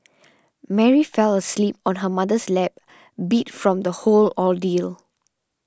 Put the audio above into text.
Mary fell asleep on her mother's lap beat from the whole ordeal